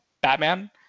batman